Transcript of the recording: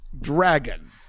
dragon